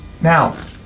Now